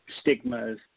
stigmas